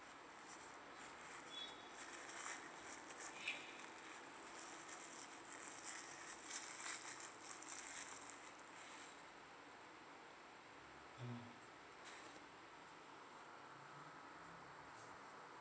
mm